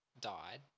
died